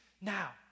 now